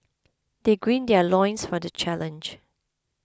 they gird their loins for the challenge